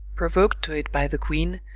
provok'd to it by the queen,